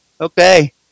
Okay